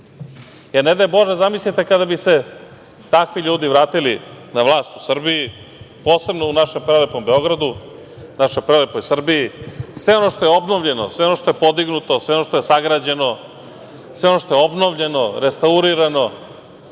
6%. Ne daj bože, zamislite kada bi se takvi ljudi vratili na vlast u Srbiji, posebno u našem prelepom Beogradu, našoj prelepoj Srbiji, sve ono što je obnovljeno, sve ono što je podignuto, sve ono što je sagrađeno, sve ono što je obnovljeno, restaurirano,